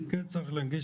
כן צריך להנגיש,